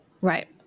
Right